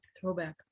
Throwback